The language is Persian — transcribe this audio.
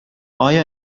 آیا